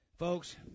Folks